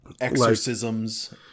Exorcisms